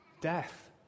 death